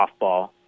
softball